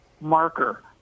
marker